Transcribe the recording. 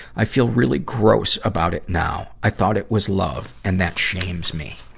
i feel really gross about it now. i thought it was love, and that shames me.